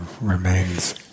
remains